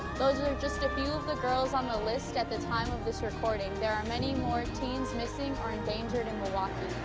those are just a few of the girls on the list at the time of this recording, there are many more teens missing or endangered in milwaukee.